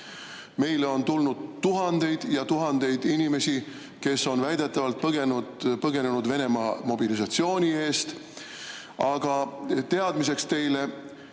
Meile on tulnud tuhandeid ja tuhandeid inimesi, kes on väidetavalt põgenenud Venemaa mobilisatsiooni eest. Aga teadmiseks teile: